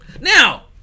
now